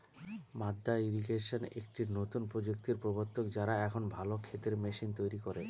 মাদ্দা ইরিগেশন একটি নতুন প্রযুক্তির প্রবর্তক, যারা এখন ভালো ক্ষেতের মেশিন তৈরী করে